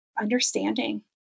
understanding